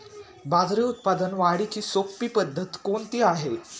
बाजरी उत्पादन वाढीची सोपी पद्धत कोणती आहे?